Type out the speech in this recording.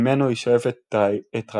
ממנו היא שואבת את רעיונותיה,